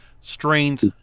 strains